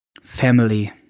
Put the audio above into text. family